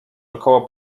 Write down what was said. około